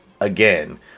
again